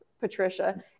patricia